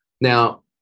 Now